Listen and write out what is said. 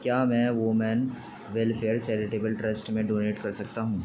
کیا میں women welfare charitable trust میں ڈونیٹ کرسکتا ہوں